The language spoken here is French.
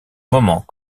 moment